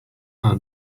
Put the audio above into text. are